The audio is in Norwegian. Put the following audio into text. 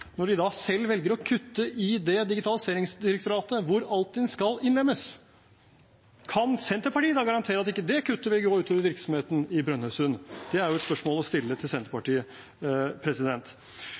når de selv velger å kutte i det digitaliseringsdirektoratet der Altinn skal innlemmes. Kan Senterpartiet da garantere at det kuttet ikke vil gå ut over virksomheten i Brønnøysund? Det er et spørsmål å stille til